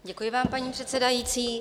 Děkuji vám, paní předsedající.